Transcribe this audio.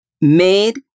made